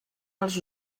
els